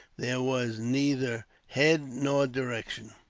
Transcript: there was neither head nor direction.